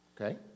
Okay